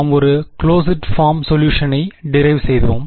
நாம் ஒரு closed form சொலுஷனை டெரிவ் செய்தோம்